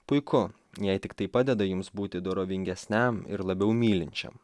puiku jei tiktai padeda jums būti dorovingesniam ir labiau mylinčiam